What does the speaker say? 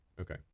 Okay